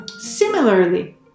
Similarly